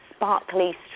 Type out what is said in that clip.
sparkly